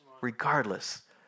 Regardless